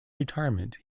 retirement